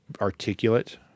Articulate